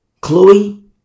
Chloe